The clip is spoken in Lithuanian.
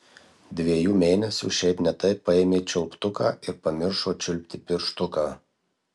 dviejų mėnesių šiaip ne taip paėmė čiulptuką ir pamiršo čiulpti pirštuką